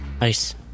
Nice